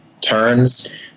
turns